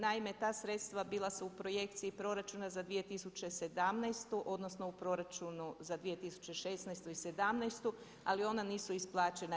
Naime, ta sredstva bila su u projekciji proračuna za 2017. odnosno u proračunu za 2016. i 2017. ali ona nisu isplaćena.